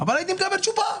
הייתי מקבל צ'ופר.